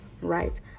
right